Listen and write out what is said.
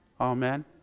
amen